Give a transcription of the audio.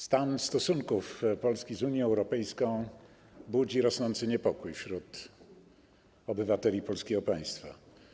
Stan stosunków Polski z Unią Europejską budzi rosnący niepokój wśród obywateli polskiego państwa.